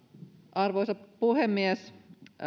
arvoisa puhemies